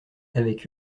avec